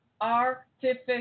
artificial